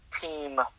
Team